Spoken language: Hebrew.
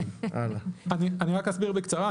אני רק אסביר בקצרה.